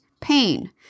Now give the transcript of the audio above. Pain